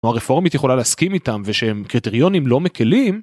התנועה הרפורמית יכולה להסכים איתם ושהם קריטריונים לא מקלים.